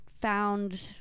found